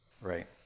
Right